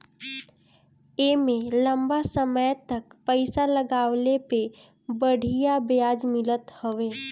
एमे लंबा समय तक पईसा लगवले पे बढ़िया ब्याज मिलत हवे